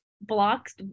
blocks